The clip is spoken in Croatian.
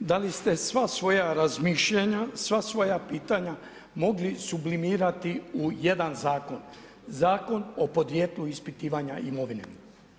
Da li ste sva svoja razmišljanja, sva svoja pitanja mogli sublimirati u jedan zakon, Zakon o podrijetlu ispitivanja imovine?